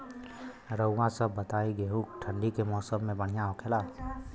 रउआ सभ बताई गेहूँ ठंडी के मौसम में बढ़ियां होखेला?